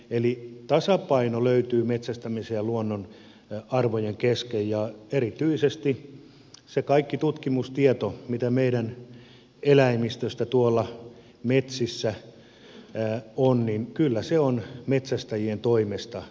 eli tasapaino löytyy metsästämisen ja luonnonarvojen kesken ja erityisesti se kaikki tutkimustieto mitä meidän eläimistöstämme tuolla metsissä on kyllä se on metsästäjien toimesta aikaan saatua